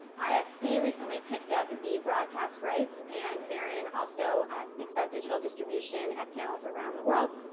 ifc recently picked up in the broadcast rights, and arin also speaks about digital distribution at panels around the world.